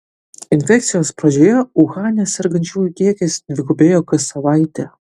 infekcijos pradžioje uhane sergančiųjų kiekis dvigubėjo kas savaitę